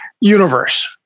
universe